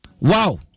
Wow